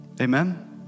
Amen